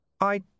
I